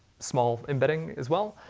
small embedding as well,